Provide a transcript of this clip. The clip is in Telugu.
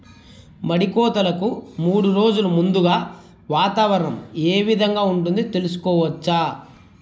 మడి కోతలకు మూడు రోజులు ముందుగా వాతావరణం ఏ విధంగా ఉంటుంది, తెలుసుకోవచ్చా?